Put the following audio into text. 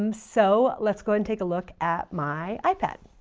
um so, let's go and take a look at my ipad.